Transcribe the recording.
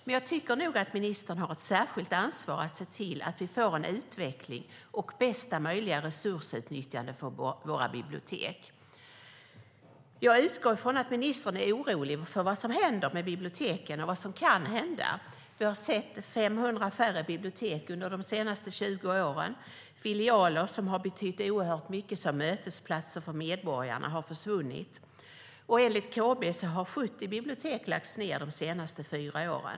Men jag tycker nog att ministern har ett särskilt ansvar för att se till att vi får en utveckling och bästa möjliga resursutnyttjande av våra bibliotek. Jag utgår från att ministern är orolig för vad som händer med biblioteken och för vad som kan hända. Det har blivit 500 färre bibliotek under de senaste 20 åren. Filialer som har betytt oerhört mycket som mötesplatser för medborgarna har försvunnit. Och enligt KB har 70 bibliotek lagts ned de senaste fyra åren.